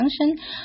function